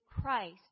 Christ